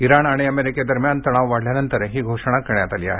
Iran आणि अमेरिकेदरम्यान तणाव वाढल्यानंतर ही घोषणा करण्यात आली आहे